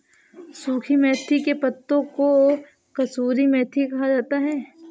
सुखी मेथी के पत्तों को कसूरी मेथी कहा जाता है